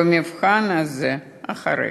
במבחן הזה מאחוריך.